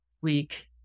week